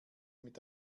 mit